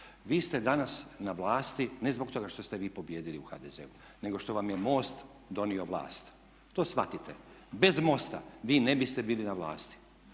Vi ste danas na vlasti ne zbog toga što ste vi pobijedili u HDZ-u nego što vam je MOST donio vlast. To shvatite. Bez MOST-a vi ne biste bili na vlasti.